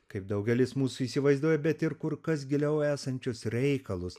kaip daugelis mūsų įsivaizduoja bet ir kur kas giliau esančius reikalus